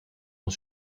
ont